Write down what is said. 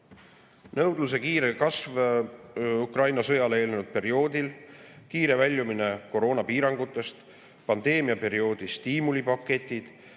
nõudluse kiire kasv Ukraina sõjale eelnenud perioodil, kiire väljumine koroonapiirangutest, pandeemiaperioodi stiimulipaketid,